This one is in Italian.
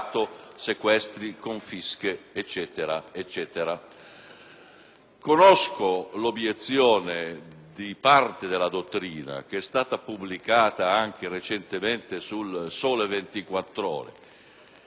Conosco l'obiezione di parte della dottrina che è stata pubblicata anche recentemente su «Il Sole 24 ORE». In sostanza, questa dottrina dice